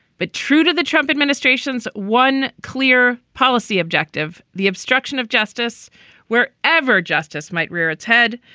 but true to the trump administration's one clear policy objective, the obstruction of justice where ever justice might rear its head.